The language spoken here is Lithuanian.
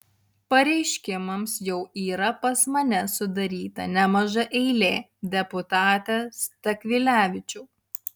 pareiškimams jau yra pas mane sudaryta nemaža eilė deputate stakvilevičiau